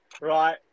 right